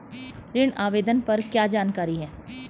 ऋण आवेदन पर क्या जानकारी है?